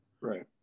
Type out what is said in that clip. Right